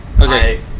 Okay